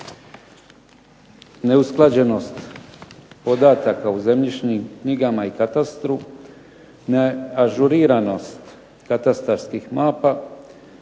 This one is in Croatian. neusklađenost podataka u zemljišnim knjigama i katastru; neažuriranost katastarskih mapa,